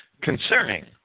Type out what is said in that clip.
concerning